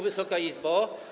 Wysoka Izbo!